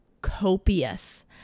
copious